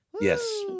Yes